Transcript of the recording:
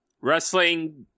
Wrestling